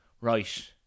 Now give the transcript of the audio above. right